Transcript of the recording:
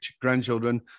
grandchildren